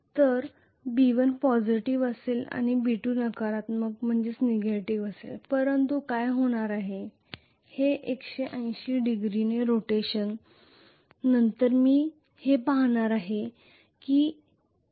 तर B1 positive असेल आणि B2 नकारात्मक असेल परंतु काय होणार आहे हे 180 डिग्री रोटेशन नंतर मी हे पाहणार आहे की A